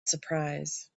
surprise